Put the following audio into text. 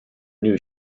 new